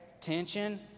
Tension